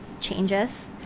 changes